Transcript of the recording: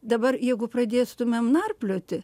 dabar jeigu pradėstumėm narplioti